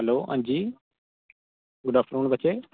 hello Anji good afternoon बच्चे